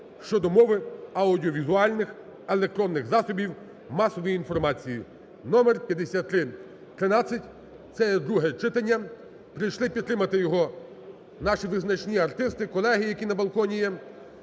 (щодо мови аудіовізуальних (електронних) засобів масової інформації) (номер 5313), це є друге читання. Прийшли підтримати його наші визначні артисти, колеги, які на балконі є,